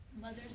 mothers